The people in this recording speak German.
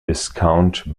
viscount